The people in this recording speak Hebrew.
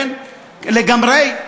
כן, לגמרי.